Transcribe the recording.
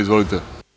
Izvolite.